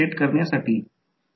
काही प्रॉब्लेम घेऊ